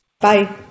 Bye